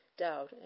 doubt